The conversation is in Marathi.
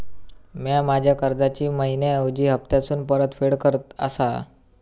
म्या माझ्या कर्जाची मैहिना ऐवजी हप्तासून परतफेड करत आसा